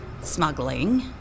smuggling